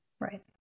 Right